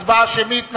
הצבעה שמית.